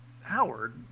Howard